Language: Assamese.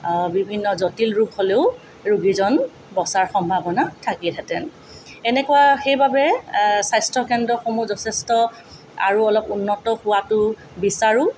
বিভিন্ন জটিল ৰোগ হ'লেও ৰোগীজন বচাৰ সম্ভাৱনা থাকিলেহেঁতেন এনেকুৱা সেইবাবে স্বাস্থ্য কেন্দ্ৰসমূহ যথেষ্ট আৰু অলপ উন্নত হোৱাতো বিচাৰো